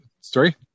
story